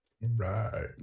Right